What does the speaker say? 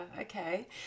Okay